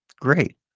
great